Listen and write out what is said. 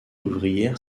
ouvrière